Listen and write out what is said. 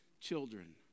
children